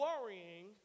worrying